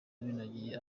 binogeye